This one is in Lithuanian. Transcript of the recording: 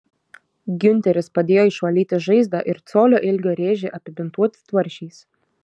giunteris padėjo išvalyti žaizdą ir colio ilgio rėžį apibintuoti tvarsčiais